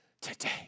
today